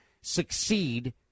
succeed